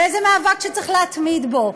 וזה מאבק שצריך להתמיד בו,